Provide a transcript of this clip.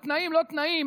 בתנאים-לא-תנאים,